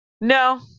No